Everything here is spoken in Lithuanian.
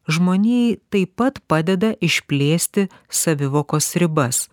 žmonijai taip pat padeda išplėsti savivokos ribas